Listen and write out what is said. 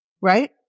right